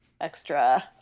Extra